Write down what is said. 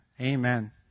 Amen